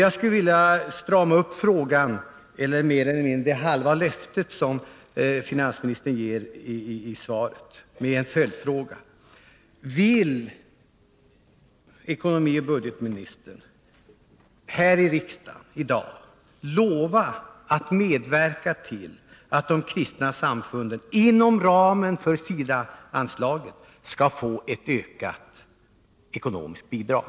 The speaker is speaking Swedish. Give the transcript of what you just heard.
Jag skulle vilja strama upp frågan, med anknytning till det mer eller mindre halva löfte som finansministern ger i svaret, med en följdfråga: Vill ekonomioch budgetministern här i riksdagen i dag lova att medverka till att de kristna samfunden, inom ramen för SIDA-anslaget, skall få ett ökat ekonomiskt bidrag?